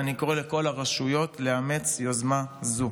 ואני קורא לכל הרשויות לאמץ יוזמה זו.